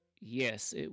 yes